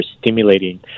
stimulating